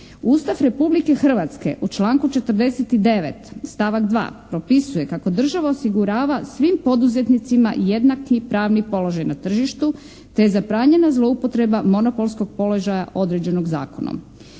Ustav Republike Hrvatske u članku 49. stavak 2. propisuje kako država osigurava svim poduzetnicima jednaki pravni položaj na tržištu, te je zabranjena zloupotreba monopolskog položaja određenog zakonom.